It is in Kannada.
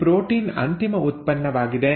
ಈ ಪ್ರೋಟೀನ್ ಅಂತಿಮ ಉತ್ಪನ್ನವಾಗಿದೆ